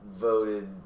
voted